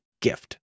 GIFT